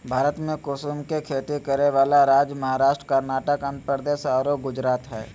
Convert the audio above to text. भारत में कुसुम के खेती करै वाला राज्य महाराष्ट्र, कर्नाटक, आँध्रप्रदेश आरो गुजरात हई